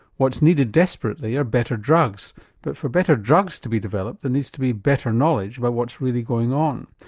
what's needed desperately are better drugs but for better drugs to be developed there needs to be better knowledge about what's really going on.